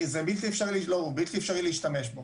בלתי אפשרי להשתמש בו.